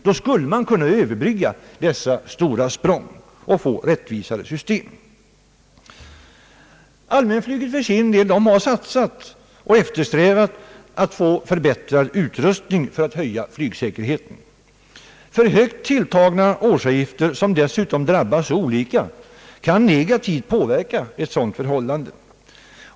Då skulle man kunna överbrygga dessa stora språng och få ett rättvisare system. Allmänflyget har för sin del eftersträvat att få förbättrad utrustning för att höja flygsäkerheten. För högt tilltagna årsavgifter, som dessutom drabbar så olika, kan negativt påverka detta.